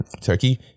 Turkey